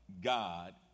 God